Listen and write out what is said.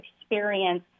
experience